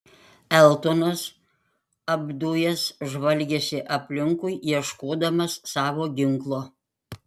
eltonas apdujęs žvalgėsi aplinkui ieškodamas savo ginklo